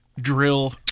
drill